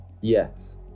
Yes